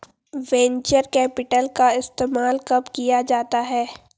Venture capital का इस्तेमाल कब किया जाता है?